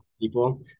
people